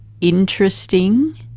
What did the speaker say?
interesting